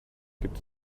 gibt